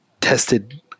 tested